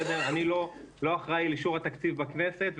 אני לא אחראי לאישור התקציב בכנסת.